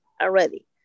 already